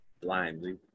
Blindly